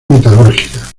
metalúrgica